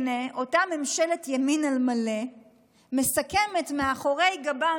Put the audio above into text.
אותה ממשלת ימין על מלא מסכמת מאחורי גבם